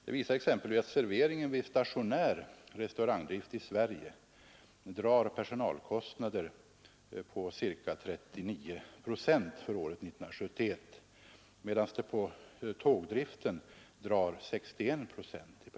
Det visar sig exempelvis att vid stationär restaurangdrift i Sverige drar personalkostnaderna ca 39 procent av den totala omsättningen för år 1971 medan de vid tågdriften drar 61 procent.